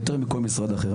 יותר מכל משרד אחר.